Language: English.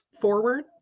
forward